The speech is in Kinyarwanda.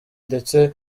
ndetse